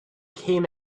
came